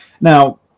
now